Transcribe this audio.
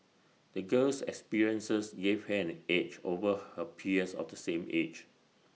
the girl's experiences gave her an edge over her peers of the same age